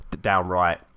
downright